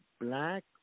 Black